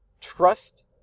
Trust